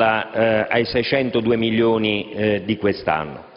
ai 602 milioni di quest'anno.